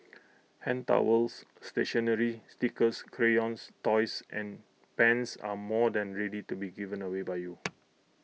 hand towels stationery stickers crayons toys and pens are more than ready to be given away by you